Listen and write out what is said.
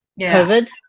COVID